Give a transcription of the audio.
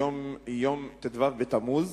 היום יום ט"ו בתמוז,